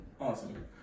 Awesome